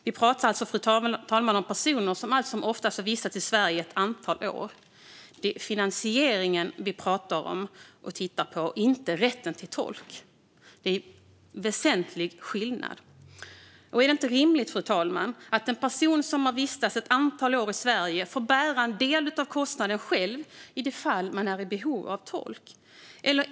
Vi pratar alltså, fru talman, om personer som allt som oftast har vistats i Sverige ett antal år. Det är finansieringen vi pratar om, inte rätten till tolk. Det är en väsentlig skillnad. Är det inte rimligt, fru talman, att en person som har vistats ett antal år i Sverige får bära en del av kostnaden själv i de fall man är i behov av tolk?